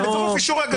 לפחות אישור הגשה.